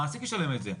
המעסיק ישלם את זה.